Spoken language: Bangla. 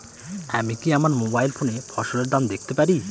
আমি কি আমার মোবাইল ফোনে ফসলের দাম দেখতে পারি?